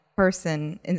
person